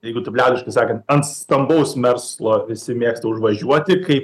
jeigu taip liaudiškai sakant ant stambaus verslo visi mėgsta užvažiuoti kai